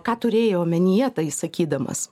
ką turėjai omenyje tai sakydamas